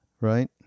Right